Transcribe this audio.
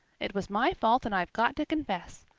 it was my fault and i've got to confess.